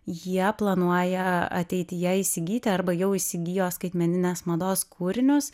jie planuoja ateityje įsigyti arba jau įsigijo skaitmeninės mados kūrinius